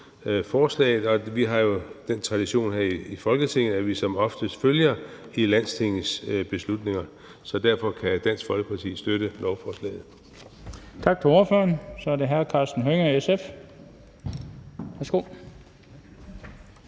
forslaget, og vi har jo den tradition her i Folketinget, at vi som oftest følger Landstingets beslutninger, så derfor kan Dansk Folkeparti støtte lovforslaget. Kl. 15:31 Den fg. formand